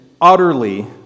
utterly